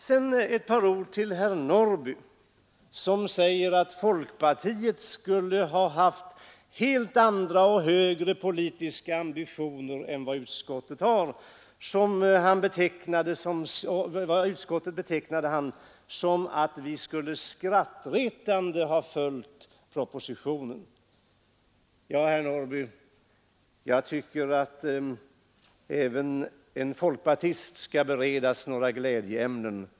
Sedan ett par ord till herr Norrby i Åkersberga, som säger att folkpartiet skulle ha helt andra och högre politiska ambitioner än vad utskottet har. Om utskottet sade herr Norrby att vi skulle på ett skrattretande sätt ha följt propositionen. Jag tycker, herr Norrby, att även en folkpartist skall beredas några glädjeämnen.